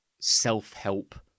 self-help